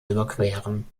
überqueren